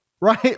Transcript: right